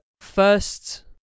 first